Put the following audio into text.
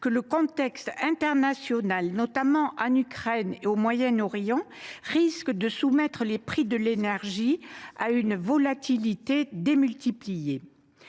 que le contexte international, notamment en Ukraine et au Moyen Orient, risque de soumettre les prix de l’énergie à une volatilité démultipliée.